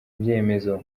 ibyemezo